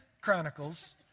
Chronicles